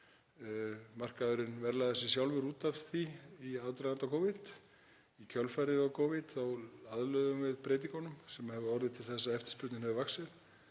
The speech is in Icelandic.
Markaðurinn verðlagði sig sjálfur út af því í aðdraganda Covid. Í kjölfarið á Covid þá aðlöguðum við lánin breytingunum sem hefur orðið til þess að eftirspurnin hefur vaxið.